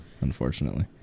unfortunately